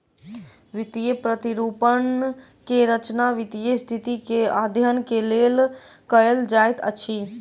वित्तीय प्रतिरूपण के रचना वित्तीय स्थिति के अध्ययन के लेल कयल जाइत अछि